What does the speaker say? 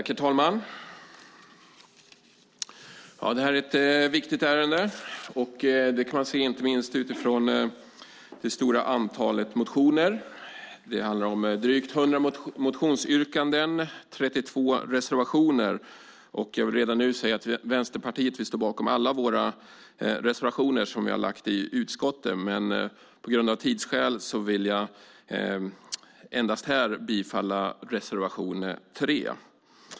Herr talman! Detta är ett viktigt ärende. Det kan man se inte minst på det stora antalet motioner. Det handlar om drygt 100 motionsyrkanden och 32 reservationer. Jag vill redan nu säga att Vänsterpartiet står bakom alla våra reservationer som vi har lämnat i utskottet, men av tidsskäl vill jag här yrka bifall endast till reservation 3.